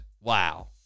wow